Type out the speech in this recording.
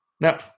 No